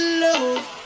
love